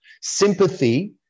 Sympathy